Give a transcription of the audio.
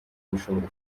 ubushobozi